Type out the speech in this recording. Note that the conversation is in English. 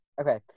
okay